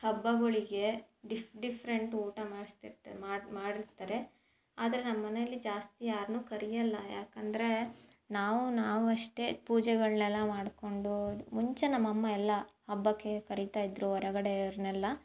ಹಬ್ಬಗಳಿಗೆ diff different ಊಟ ಮಾಡ್ಸ್ತಿರ್ತಾರೆ ಮಾಡಿ ಮಾಡಿರ್ತಾರೆ ಆದರೆ ನಮ್ಮ ಮನೆಯಲ್ಲಿ ಜಾಸ್ತಿ ಯಾರನ್ನೂ ಕರೆಯಲ್ಲ ಏಕಂದ್ರೆ ನಾವು ನಾವು ಅಷ್ಟೇ ಪೂಜೆಗಳ್ನೆಲ್ಲ ಮಾಡಿಕೊಂಡು ಮುಂಚೆ ನಮ್ಮ ಅಮ್ಮ ಎಲ್ಲ ಹಬ್ಬಕ್ಕೆ ಕರಿತಾ ಇದ್ದರು ಹೊರಗಡೆ ಅವ್ರನ್ನೆಲ್ಲ